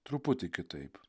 truputį kitaip